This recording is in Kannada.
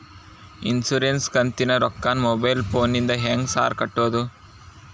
ಇನ್ಶೂರೆನ್ಸ್ ಕಂತಿನ ರೊಕ್ಕನಾ ಮೊಬೈಲ್ ಫೋನಿಂದ ಹೆಂಗ್ ಸಾರ್ ಕಟ್ಟದು?